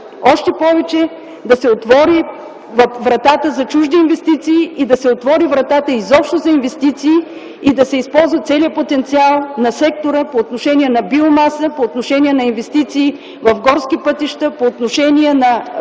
Още повече да се отвори вратата за чужди инвестиции и изобщо за инвестиции – да се използва целият потенциал на сектора по отношение на биомаса, по отношение на инвестиции в горски пътища, по отношение на